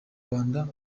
rwanda